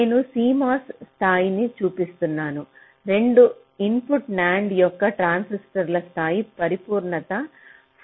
నేను CMOS స్థాయిని చూపిస్తున్నాను 2 ఇన్పుట్ NAND యొక్క ట్రాన్సిస్టర్ స్థాయి పరిపూర్ణత